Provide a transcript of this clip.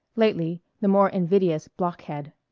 lately, the more invidious blockhead.